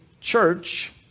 church